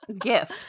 gift